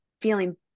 feeling